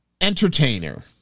entertainer